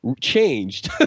changed